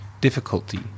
difficulty